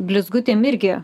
blizgutėm irgi